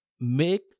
make